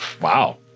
Wow